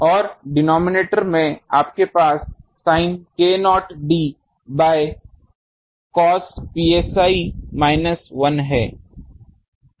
और डिनोमिनेटर में आपके पास sin k0d by 2 cos psi minus 1 है